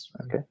Okay